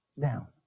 down